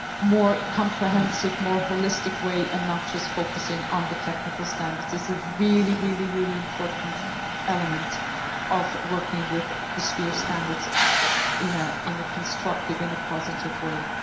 more comprehensive, more holistic way and not just focusing on the technical standards. it's a really, really, really important element of working with the sphere standards in a in a constructive in a positive way.